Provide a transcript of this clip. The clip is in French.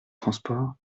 transport